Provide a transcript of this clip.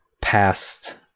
past